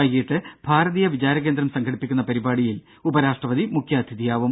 വൈകിട്ട് ഭാരതീയ വിചാരകേന്ദ്രം സംഘടിപ്പിക്കുന്ന പരിപാടിയിൽ ഉപരാഷ്ട്രപതി മുഖ്യാതിഥിയാവും